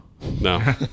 no